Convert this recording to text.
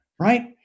right